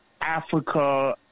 Africa